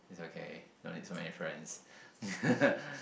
it's okay don't need so many friends